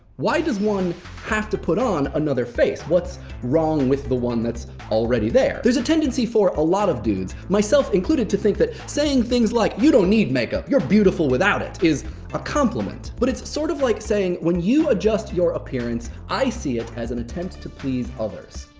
why does one have to put on another face? what's wrong with the one that's already there? there's a tendency for a lot of dudes, myself included, to think that saying things like, you don't need makeup, you're beautiful without it, is a compliment. but it's sort of like saying, when you adjust your appearance, i see it as an attempt to please others,